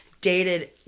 dated